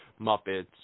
Muppets